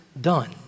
done